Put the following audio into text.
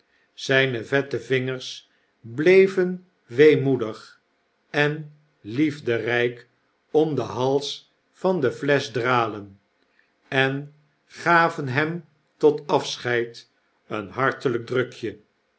zfln'e vette vingers bleven weemoedig en liefderp om den hals van de flesch dralen en gaven hem tot afscheid een hartelijk drukje